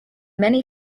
many